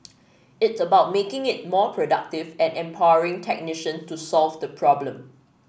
it's about making it more productive and empowering technician to solve the problem